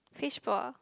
fishball ah